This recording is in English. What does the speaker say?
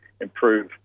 improve